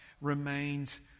remains